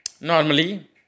normally